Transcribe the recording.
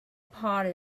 party